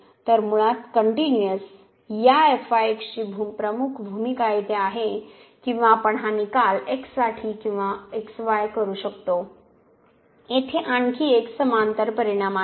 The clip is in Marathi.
तर मुळात कनट्युनिअस या ची प्रमुख भूमिका येथे आहे किंवा आपण हा निकाल x साठी किंवा xy करू शकतो येथे आणखी एक समांतर परिणाम आहे